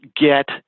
get